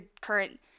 current